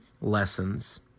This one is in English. lessons